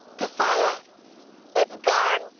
the fire it's gone!